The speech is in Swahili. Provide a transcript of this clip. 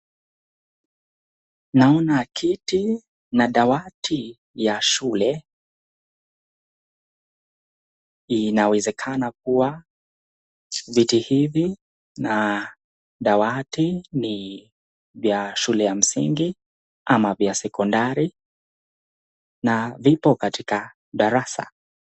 Naona kiti na dawati ya shule. Inawezekana kuwa viti hivi na dawati ni vya shule ya msingi ama vya sekondari na vipo katika darasa.